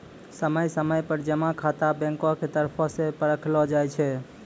समय समय पर जमा खाता बैंको के तरफो से परखलो जाय छै